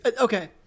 Okay